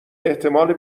احتمال